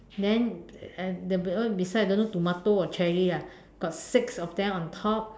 then and don't know beside don't know tomato or cherry lah got six of them on top